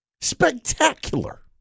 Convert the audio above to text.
spectacular